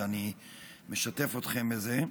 אני משתף אתכם בזה.